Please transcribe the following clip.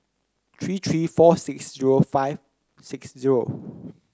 three three four six zero five six zero